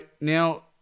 now